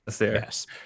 Yes